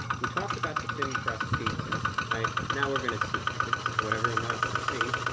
we talked about the thin crust pizza right? now, we're gonna see if i think this is what everyone wants to see.